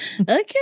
Okay